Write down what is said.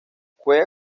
juega